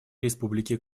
республики